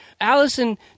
Allison